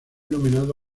nominado